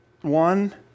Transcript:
one